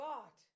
God